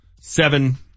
seven